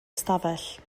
ystafell